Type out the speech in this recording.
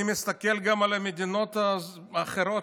אני מסתכל גם על המדינות האחרות,